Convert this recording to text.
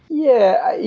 yeah,